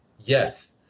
Yes